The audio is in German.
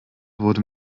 wurde